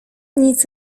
nic